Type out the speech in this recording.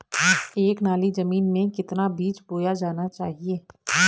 एक नाली जमीन में कितना बीज बोया जाना चाहिए?